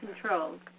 controls